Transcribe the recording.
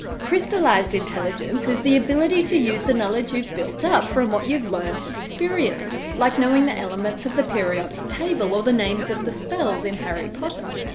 crystallized intelligence is the ability to use the knowledge you've built up from what you've learnt and experienced. like knowing the elements of the periodic table or names of the spells in harry potter.